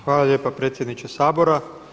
Hvala lijepa predsjedniče Sabora.